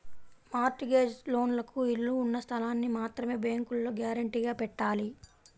mart gauge లోన్లకు ఇళ్ళు ఉన్న స్థలాల్ని మాత్రమే బ్యేంకులో గ్యారంటీగా పెట్టాలి